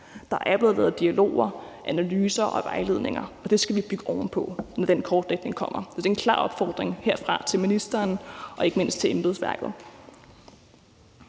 Der er blevet lavet dialoger, analyser og vejledninger, og det skal vi bygge ovenpå, når den kortlægning kommer. Så det er en klar opfordring herfra til ministeren og ikke mindst også til embedsværket.